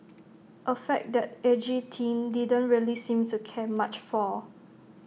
A fact that edgy teen didn't really seem to care much for